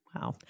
Wow